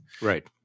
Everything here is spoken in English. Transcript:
Right